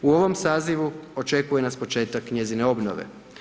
U ovom sazivu očekuje nas početak njezine obnove.